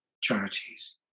charities